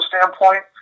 standpoint